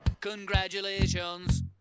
Congratulations